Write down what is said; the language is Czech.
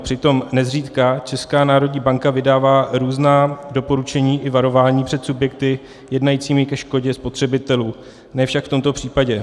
Přitom nezřídka Česká národní banka vydává různá doporučení a varování před subjekty jednajícími ke škodě spotřebitelů, ne však v tomto případě.